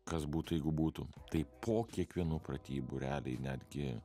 kas būtų jeigu būtų tai po kiekvienų pratybų realiai netgi